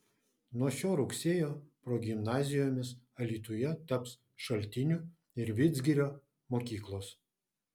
nuo šio rugsėjo progimnazijomis alytuje taps šaltinių ir vidzgirio mokyklos